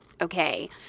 okay